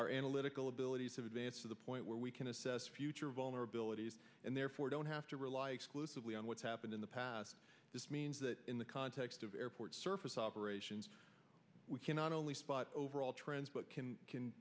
our analytical abilities have advanced to the point where we can assess future vulnerabilities and therefore don't have to rely exclusively on what's happened in the past this means that in the context of airport surface operations we can not only spot overall trends but can can